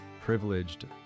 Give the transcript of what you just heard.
privileged